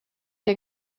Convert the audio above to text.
der